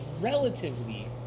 relatively